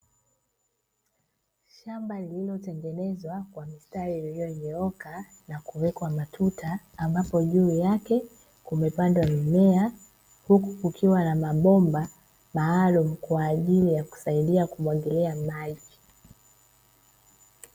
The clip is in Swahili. Shamba lililotengenezwa kwa mistari iliyonyooka na kuwekwa matuta ambapo juu yake kumepandwa mimea huku kukiwa na mabomba maalumu kwa ajili ya kusaidia kumwagilia maji.